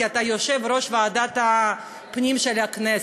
כי אתה יושב-ראש ועדת הפנים של הכנסת,